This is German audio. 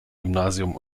gymnasium